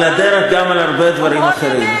על הדרך גם בהרבה דברים אחרים.